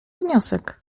wniosek